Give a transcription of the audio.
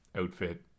outfit